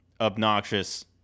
obnoxious